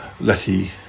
Letty